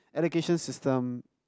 education system